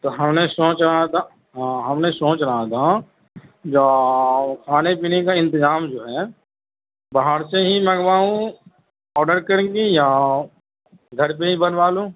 تو ہم نے سوچ رہا تھا ہاں ہم نے سوچ رہا تھا جو کھانے پینے کا انتظام جو ہے باہر سے ہی لگواؤں آڈر کر کے یا گھر پہ ہی بنوا لوں